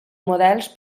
models